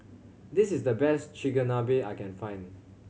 this is the best Chigenabe I can find